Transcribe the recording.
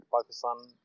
Pakistan